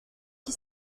qui